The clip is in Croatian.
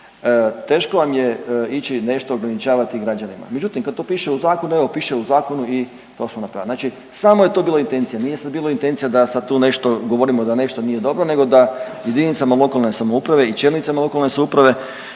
teško vama je ići nešto ograničavati u zakonu, međutim kad to piše u zakonu, evo piše u zakonu i to smo napravili. Znači samo je to bilo intencija, nije sad bilo intencija da sad tu nešto, govorimo da nešto nije dobro, nego da jedinicama lokalne samouprave i čelnicima lokalne samouprave